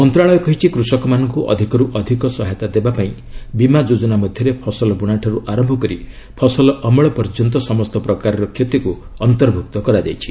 ମନ୍ତ୍ରଣାଳୟ କହିଛି କୃଷକମାନଙ୍କୁ ଅଧିକରୁ ଅଧିକ ସହାୟତା ଦେବାପାଇଁ ବୀମା ଯୋଜନା ମଧ୍ୟରେ ଫସଲ ବୁଣାଠାରୁ ଆରମ୍ଭ କରି ଫସଲ ଅମଳ ପର୍ଯ୍ୟନ୍ତ ସମସ୍ତ ପ୍ରକାରର କ୍ଷତିକୁ ଅନ୍ତର୍ଭୁକ୍ତ କରାଯାଇଛି